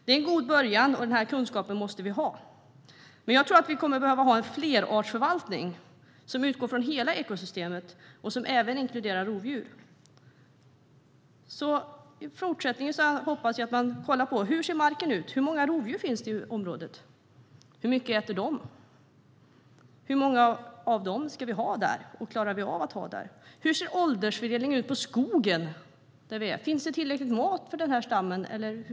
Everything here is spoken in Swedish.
Det är en god början, och denna kunskap måste vi ha. Men jag tror att vi kommer att behöva ha en flerartsförvaltning som utgår från hela ekosystemet och även inkluderar rovdjur. I fortsättningen hoppas jag att man kollar hur marken ser ut, hur många rovdjur det finns i området, hur mycket de äter och hur många av dessa vi ska ha och klarar av att ha. Hur ser åldersfördelningen ut på skogen i området? Finns det tillräckligt med mat för stammen?